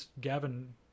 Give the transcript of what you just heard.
gavin